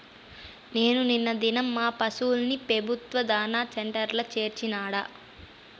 నేను నిన్న దినం మా పశుల్ని పెబుత్వ దాణా సెంటర్ల చేర్చినాడ